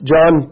John